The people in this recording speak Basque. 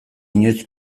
inoiz